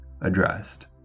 addressed